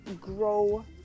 grow